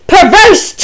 Perverse